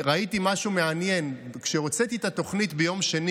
ראיתי משהו מעניין כשהוצאתי את התוכנית ביום שני.